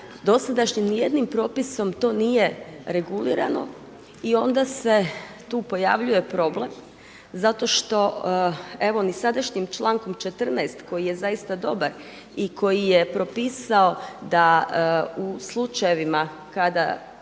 dosadašnjim ni jednim propisom to nije regulirano i onda se tu pojavljuje problem zato što evo ni sadašnjim člankom 14. koji je zaista dobar i koji je propisao da u slučajevima kada